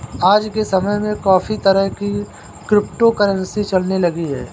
आज के समय में काफी तरह की क्रिप्टो करंसी चलने लगी है